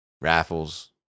raffles